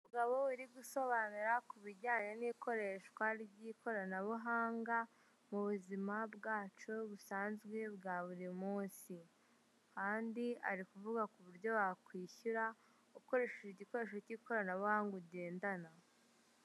Umugabo uri gusobanura ku bijyanye n'ikoreshwa ry'ikoranabuhanga, mu buzima bwacu busanzwe bwa buri munsi kandi ari kuvuga ku buryo wakwishyura, ukoresheje igikoresho cy'ikoranabuhanga ugendana.